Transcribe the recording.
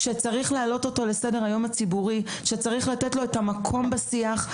צריך להעלות אותו לסדר היום הציבורי ולתת לו מקום בשיח.